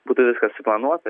būtų viskas suplanuota